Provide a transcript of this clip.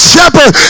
Shepherd